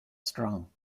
strong